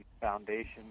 foundation